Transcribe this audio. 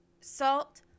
Salt